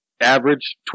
average